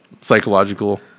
Psychological